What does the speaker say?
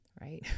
right